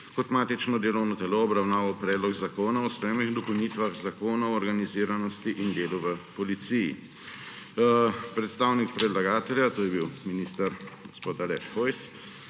kot matično delovno telo obravnaval Predlog zakona o spremembah in dopolnitvah Zakona o organiziranosti in delu v policiji. Predstavnik predlagatelja, to je bil minister gospod Aleš Hojs,